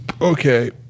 Okay